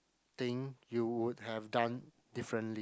thing you would have done differently